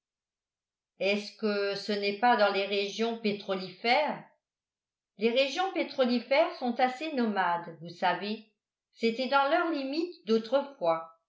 est-ce que ce n'est pas dans les régions pétrolifères les régions pétrolifères sont assez nomades vous savez c'était dans leurs limites d'autrefois